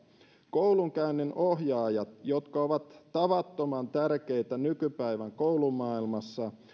koulunkäynninohjaajat jotka ovat tavattoman tärkeitä nykypäivän koulumaailmassa